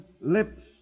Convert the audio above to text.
lips